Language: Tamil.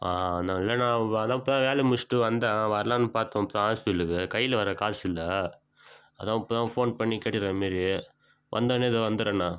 ஆ இன்னும் இல்லைண்ணா அதுதான் இப்போ தான் வேலையை முடிச்சுட்டு வந்தேன் வரலாம்னு பார்த்தோம் இப்போ தான் ஹாஸ்பிட்டலுக்கு கையில் வேறு காசு இல்லை அதுதான் இப்போ தான் ஃபோன் பண்ணி கேட்டிருக்கேன் இந்த மாரி வந்தவுன்னே தோ வந்துடுறேண்ணா